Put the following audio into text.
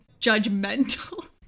judgmental